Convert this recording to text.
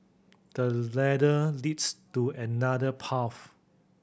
the ladder leads to another path